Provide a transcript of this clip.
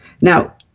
Now